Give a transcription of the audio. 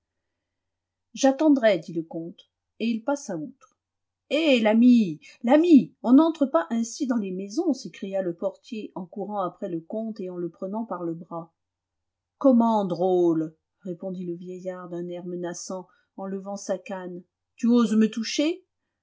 j'attendrai dit le comte et il passa outre eh l'ami l'ami on n'entre pas ainsi dans les maisons s'écria le portier en courant après le comte et en le prenant par le bras comment drôle répondit le vieillard d'un air menaçant en levant sa canne tu oses me toucher